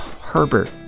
Herbert